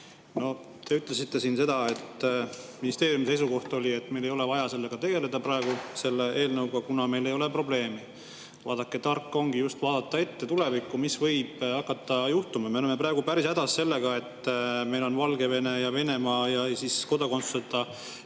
Te ütlesite siin, et ministeeriumi seisukoht oli, et meil ei ole vaja tegeleda praegu selle eelnõuga, kuna meil ei ole probleemi. Vaadake, tark ongi just vaadata ette tulevikku, mis võib hakata juhtuma. Me oleme praegu päris hädas sellega, et meil elavad Eestis Valgevene ja Venemaa [kodakondsusega